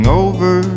over